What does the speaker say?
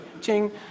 Ching